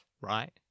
right